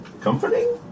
comforting